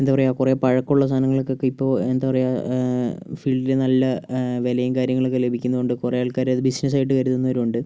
എന്താ പറയുക കുറെ പഴക്കമുള്ള സാധനങ്ങൾക്കൊക്കെ ഇപ്പോൾ എന്താ പറയുക ഫീൽഡില് നല്ല വിലയും കാര്യങ്ങളൊക്കെ ലഭിക്കുന്നുണ്ട് കുറെ ആൾക്കാര് അത് ബിസിനസായിട്ട് കരുതുന്നവരും ഉണ്ട്